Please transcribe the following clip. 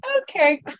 okay